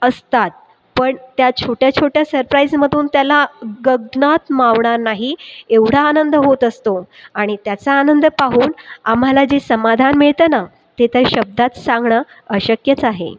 असतात पण त्या छोट्या छोट्या सरप्राइजमधून त्याला गगनात मावणार नाही एवढा आनंद होत असतो आणि त्याचा आनंद पाहून आम्हाला जे समाधान मिळतं ना ते तर शब्दात सांगणं अशक्यच आहे